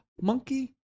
monkey